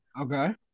Okay